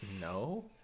No